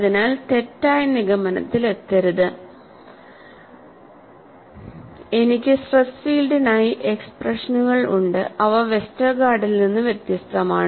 അതിനാൽ തെറ്റായ നിഗമനത്തിലെത്തരുത് എനിക്ക് സ്ട്രെസ് ഫീൽഡിനായി എക്സ്പ്രഷനുകൾ ഉണ്ട് അവ വെസ്റ്റർഗാർഡിൽ നിന്ന് വ്യത്യസ്തമാണ്